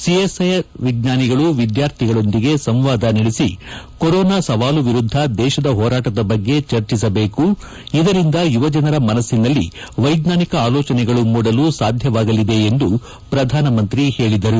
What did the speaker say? CSIR ವಿಜ್ಞಾನಿಗಳು ವಿದ್ಯಾರ್ಥಿಗಳೊಂದಿಗೆ ಸಂವಾದ ನಡೆಸಿ ಕೊರೋನಾ ಸವಾಲು ವಿರುದ್ದ ದೇಶದ ಹೋರಾಟದ ಬಗ್ಗೆ ಚರ್ಚಿಸಬೇಕು ಇದರಿಂದ ಯುವಜನರ ಮನಸ್ಸಿನಲ್ಲಿ ವೈಜ್ಞಾನಿಕ ಆಲೋಚನೆಗಳು ಮೂಡಲು ಸಾಧ್ಯವಾಗಲಿದೆ ಎಂದು ಪ್ರಧಾನಮಂತ್ರಿ ಹೇಳಿದ್ದಾರೆ